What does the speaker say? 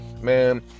Man